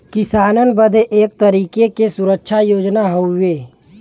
किसानन बदे एक तरीके के सुरक्षा योजना हउवे